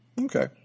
Okay